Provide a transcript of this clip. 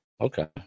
okay